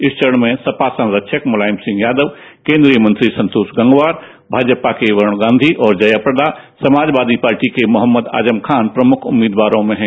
इस चरण में सपा संरक्षक मुलायम सिंह यादव केंद्रीय मंत्री संतोष गंगवार भाजपा के वरुण गांधी और जयाप्रदा समाजवादी पार्टी के मोहम्मद आजम खान प्रमुख उम्मीदवारों में हैं